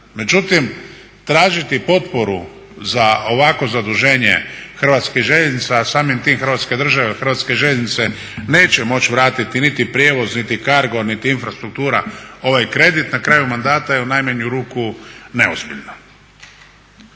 Međutim, tražiti potporu za ovakvo zaduženje Hrvatskih željeznica, a samim tim Hrvatska država, Hrvatske željeznice neće moći vratiti niti prijevoz, niti Cargo, niti Infrastruktura ovaj kredit na kraju mandata je u najmanju ruku neozbiljno.